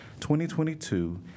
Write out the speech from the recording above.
2022